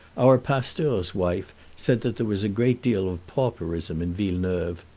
our pasteur's wife said that there was a great deal of pauperism in villeneuve,